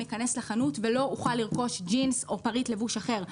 אכנס לחנות ולא אוכל לרכוש ג'ינס או פריט לבוש אחר.